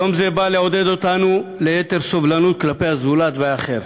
יום זה בא לעודד אותנו ליתר סובלנות כלפי הזולת והאחר,